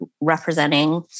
representing